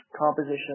composition